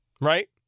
Right